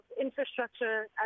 infrastructure